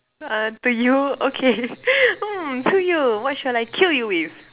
uh to you okay hmm to you what shall I kill you with